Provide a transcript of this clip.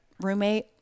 roommate